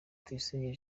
tuyisenge